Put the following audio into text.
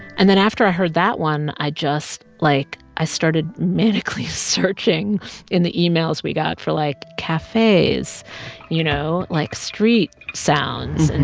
and then after i heard that one, i just like, i started manically searching in the emails we got for, like, cafes you know, like, street sounds. and